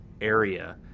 area